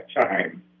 time